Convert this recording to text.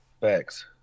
facts